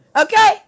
Okay